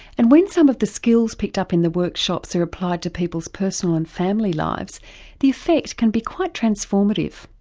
and when some of the skills picked up in the workshops are applied to people's personal and family lives the effect can be quite transformative.